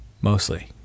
Mostly